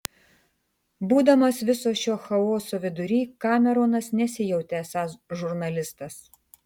būdamas viso šio chaoso vidury kameronas nesijautė esąs žurnalistas